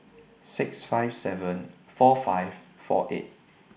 six five seven four five four eight